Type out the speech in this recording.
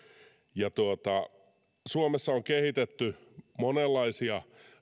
ulos täältä suomessa on kehitetty monenlaisia